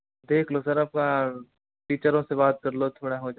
देख लो सर टीचरों से बात कर लो थोड़ा हो जाए